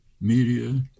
media